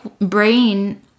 brain